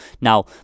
Now